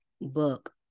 book